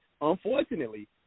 unfortunately